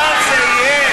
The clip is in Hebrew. הפעם זה יהיה.